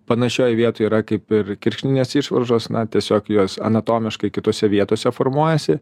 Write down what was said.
panašioj vietoj yra kaip ir kirkšninės išvaržos na tiesiog jos anatomiškai kitose vietose formuojasi